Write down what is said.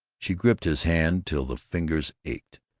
she gripped his hand till the fingers ached.